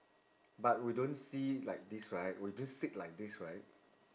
but we don't see like this right we just sit like this right